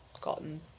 gotten